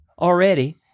already